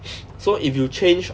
so if you change